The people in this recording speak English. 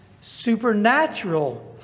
Supernatural